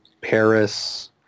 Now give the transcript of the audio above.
Paris